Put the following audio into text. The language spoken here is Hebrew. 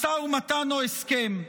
משא ומתן או הסכם.